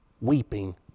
weeping